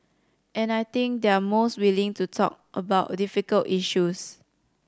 and I think they're most willing to talk about difficult issues